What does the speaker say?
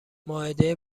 مائده